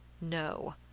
No